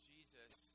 Jesus